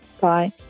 bye